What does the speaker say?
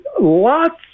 lots